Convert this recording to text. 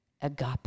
agape